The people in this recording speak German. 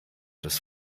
des